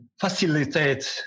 facilitate